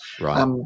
Right